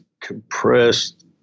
compressed